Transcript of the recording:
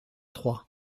trois